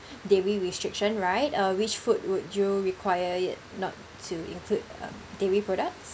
dairy restriction right uh which food would you require it not to include uh dairy products